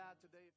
today